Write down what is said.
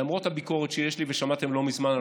למרות הביקורת שיש לי וששמעתם לא מזמן על